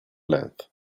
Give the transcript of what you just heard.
length